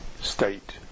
state